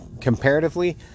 comparatively